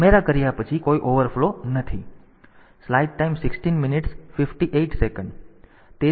તેથી ઉમેરા કર્યા પછી કોઈ ઓવરફ્લો નથી